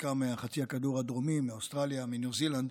חלקן מחצי הכדור הדרומי, מאוסטרליה וניו זילנד,